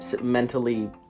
mentally